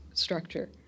Structure